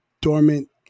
dormant